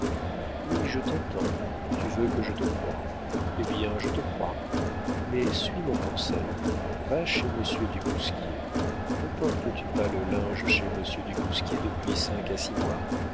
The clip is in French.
oui je t'entends tu veux que je te croie eh bien je te crois mais suis mon conseil va chez monsieur du bousquier ne portes-tu pas le linge chez monsieur du bousquier depuis cinq à six mois